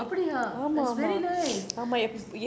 அப்டியா:apdiyaa it's very nice